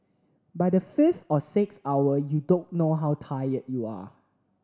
by the fifth or sixth hour you don't know how tired you are